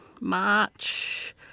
March